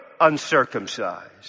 uncircumcised